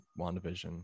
Wandavision